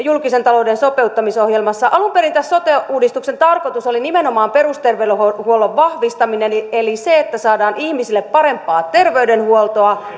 julkisen talouden sopeuttamisohjelmassa alun perin tämän sote uudistuksen tarkoitus oli nimenomaan perusterveydenhuollon vahvistaminen eli eli se että saadaan ihmisille parempaa terveydenhuoltoa